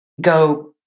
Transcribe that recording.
go